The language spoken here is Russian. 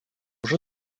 уже